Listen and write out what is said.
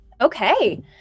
Okay